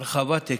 רחבת היקף,